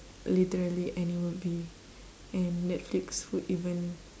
literally any movie and netflix would even